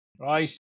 right